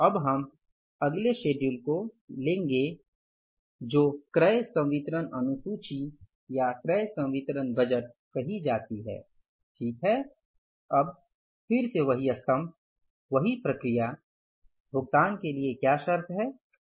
अब हम अगले शेड्यूल को लेंगे जो क्रय संवितरण अनुसूची या क्रय संवितरण बजट कही जाती है ठीक है अब फिर से वही स्तम्भ वही प्रक्रिया भुगतान के लिए क्या शर्त है